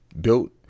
built